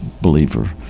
believer